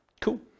Cool